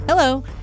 Hello